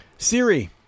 Siri